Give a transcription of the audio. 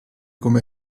come